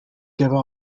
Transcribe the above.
give